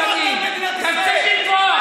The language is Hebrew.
כמה פה התחתנו, כמה פה יש ילדים.